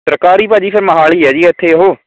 ਸਰਕਾਰੀ ਭਾਅ ਜੀ ਫਿਰ ਮੋਹਾਲੀ ਹੈ ਜੀ ਇੱਥੇ ਉਹ